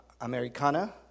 americana